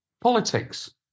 Politics